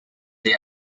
they